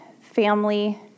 family